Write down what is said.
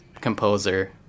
composer